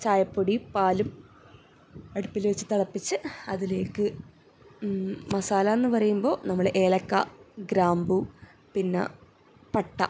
ചായപ്പൊടി പാലും അടുപ്പിൽ വച്ച് തിളപ്പിച്ച് അതിലേക്ക് മസാലയെന്ന് പറയുമ്പോൾ നമ്മൾ ഏലക്ക ഗ്രാമ്പു പിന്ന പട്ട